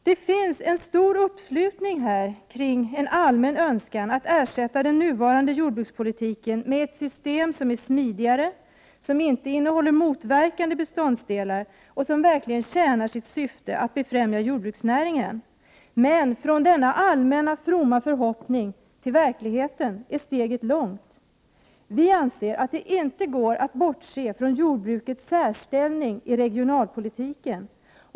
Det finns här i landet en allmän önskan att ersätta den nuvarande jordbrukspolitiken med ett system som är smidigare, som inte innehåller motverkande beståndsdelar och som verkligen syftar till att befrämja jordbruksnäringen. Men från denna allmänna och fromma förhoppning till verkligheten är steget långt. Vpk anser att det i regionalpolitiken inte går att bortse från jordbrukets särställning.